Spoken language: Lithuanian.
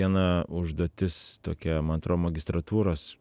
viena užduotis tokia man atrodo magistratūros